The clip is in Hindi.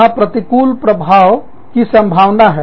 वहां प्रतिकूल प्रभाव की संभावना है